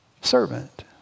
servant